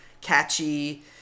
Catchy